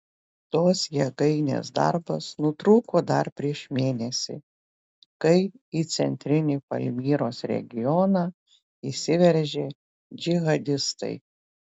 tos jėgainės darbas nutrūko dar prieš mėnesį kai į centrinį palmyros regioną įsiveržė džihadistai